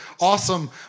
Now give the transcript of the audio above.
awesome